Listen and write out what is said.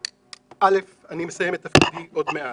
אני מסיים את תפקידי עוד מעט.